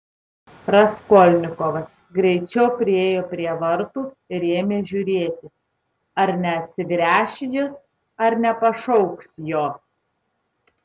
raskolnikovas greičiau priėjo prie vartų ir ėmė žiūrėti ar neatsigręš jis ar nepašauks jo